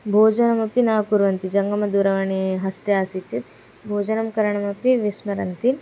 भोजनमपि न कुर्वन्ति जङ्गमदूरवाणी हस्ते आसीत् चेत् भोजनं करणमपि विस्मरन्ति